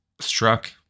struck